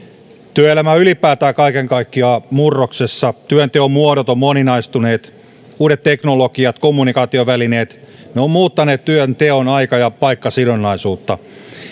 työelämä ylipäätään kaiken kaikkiaan on murroksessa työnteon muodot ovat moninaistuneet uudet teknologiat ja kommunikaatiovälineet ovat muuttaneet työnteon aika ja paikkasidonnaisuutta